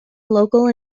local